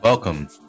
Welcome